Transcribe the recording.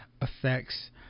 affects